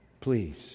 please